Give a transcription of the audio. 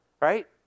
Right